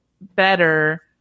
better